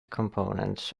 components